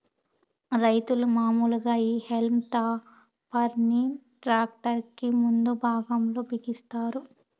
రైతులు మాములుగా ఈ హల్మ్ టాపర్ ని ట్రాక్టర్ కి ముందు భాగం లో బిగిస్తారు